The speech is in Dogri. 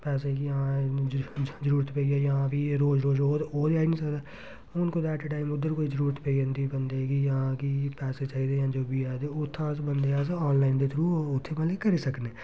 पैसें जां जरूरत पेई जां फ्ही रोज़ रोज़ ओह् ते आई हून कुतै ऐटा टैम उद्धर कोई जरूरत पेई जंदी बंदी गी जां कि पैसे चाहिदी जो बी ऐ ते उत्थुआं अस बंदे अस आनलाइन दे थ्रू ओह् उत्थें मतलब कि करी सकनें